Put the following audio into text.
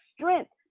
strength